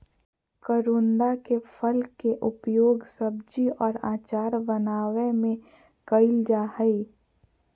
करोंदा के फल के उपयोग सब्जी और अचार बनावय में कइल जा हइ